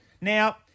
Now